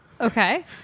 Okay